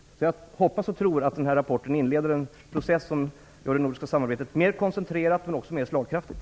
Jag hoppas och tror att rapporten inleder en process som gör det nordiska samarbetet både mer koncentrerat och mer slagkraftigt.